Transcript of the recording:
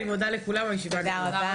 אני מודה לכולם, הישיבה נעולה.